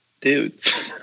dudes